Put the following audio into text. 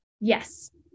Yes